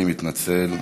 אני מתנצל.